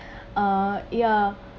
uh ya